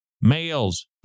Males